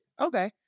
Okay